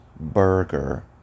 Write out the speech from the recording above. burger